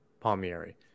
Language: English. Palmieri